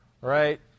right